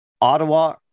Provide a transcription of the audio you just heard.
Ottawa